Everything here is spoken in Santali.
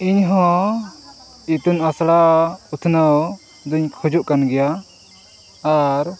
ᱤᱧ ᱦᱚᱸ ᱤᱛᱩᱱ ᱟᱥᱲᱟ ᱩᱛᱷᱱᱟᱹᱣ ᱫᱩᱧ ᱠᱷᱚᱡᱚᱜ ᱠᱟᱱ ᱜᱮᱭᱟ ᱟᱨ